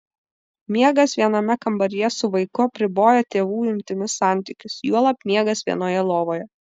miegas viename kambaryje su vaiku apriboja tėvų intymius santykius juolab miegas vienoje lovoje